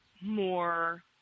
more